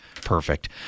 perfect